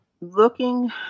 looking